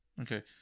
Okay